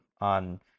on